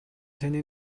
таны